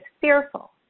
fearful